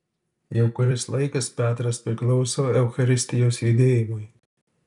jau kuris laikas petras priklauso eucharistijos judėjimui